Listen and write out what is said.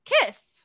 kiss